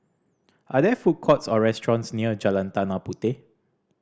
are there food courts or restaurants near Jalan Tanah Puteh